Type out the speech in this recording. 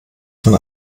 von